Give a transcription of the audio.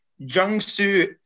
Jiangsu